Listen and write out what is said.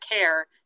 care